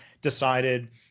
decided